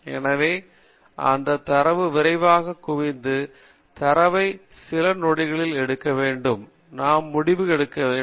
எனவே அந்த தரவு விரைவாக குவிந்து தரவைப் பற்றி சில முடிவுகளை எடுக்க வேண்டும்